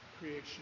creation